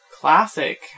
classic